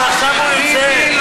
אבל עכשיו הוא ירצה.